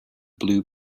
blue